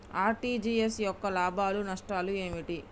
RTGS యొక్క లాభాలు నష్టాలు ఏమిటి?